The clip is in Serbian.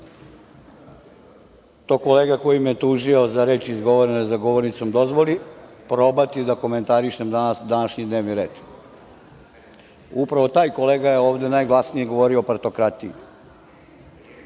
to kolega koji me je tužio za reči izgovorene za govornicom dozvoli, probati da komentarišem današnji dnevni red. Upravo taj kolega je ovde najglasnije govorio o partokratiji.